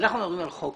חוק